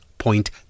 point